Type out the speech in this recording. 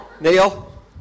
Neil